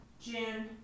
June